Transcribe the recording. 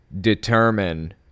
determine